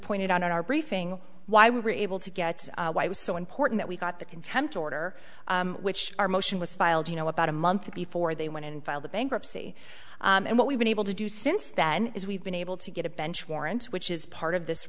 pointed out in our briefing why we were able to get why it was so important that we got the contempt order which our motion was filed you know about a month before they went and filed the bankruptcy and what we've been able to do since then is we've been able to get a bench warrant which is part of this